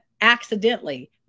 accidentally